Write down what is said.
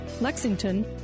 Lexington